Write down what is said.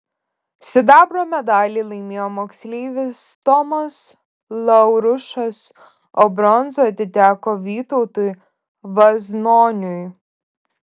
sidabro medalį laimėjo moksleivis tomas laurušas o bronza atiteko vytautui vaznoniui